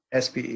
SPE